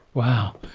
wow.